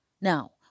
Now